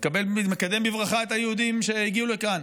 מקדם בברכה את היהודים שהגיעו לכאן.